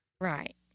Right